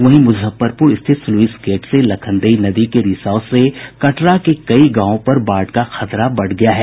वहीं मुजफ्फरपुर स्थित sluice gate से लखनदेई नदी के रिसाव से कटरा के कई गांवों पर बाढ़ का खतरा बढ़ गया है